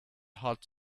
hot